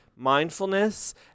Mindfulness